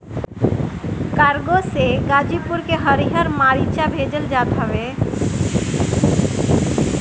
cargo से गाजीपुर के हरिहर मारीचा भेजल जात हवे